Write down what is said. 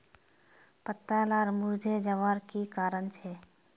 पत्ता लार मुरझे जवार की कारण छे?